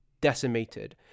decimated